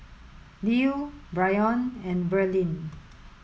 Lew Brion and Verlene